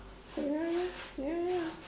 ya ya ya ya